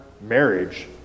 marriage